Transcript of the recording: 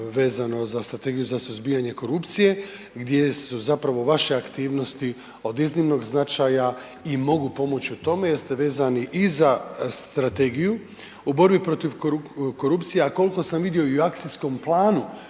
vezano za Strategiju za suzbijanje korupcije gdje su zapravo vaše aktivnosti od iznimnog značaja i mogu pomoći u tome jer ste vezani i za strategiju u borbi protiv korupcije a koliko sam vidio i u akcijskom planu